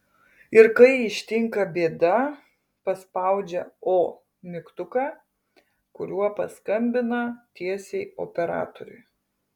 ir kai ištinka bėda paspaudžia o mygtuką kuriuo paskambina tiesiai operatoriui